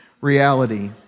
reality